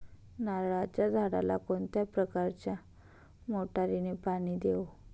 नारळाच्या झाडाला कोणत्या प्रकारच्या मोटारीने पाणी देऊ?